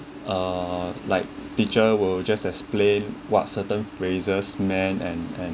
uh like teacher will just explain what certain phrases men and and